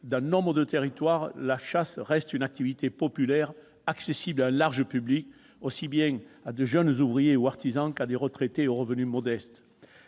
Dans nombre de territoires, la chasse reste une activité populaire, accessible à un large public, aussi bien à des jeunes ouvriers ou artisans qu'à des retraités aux revenus modestes.